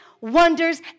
wonders